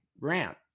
grant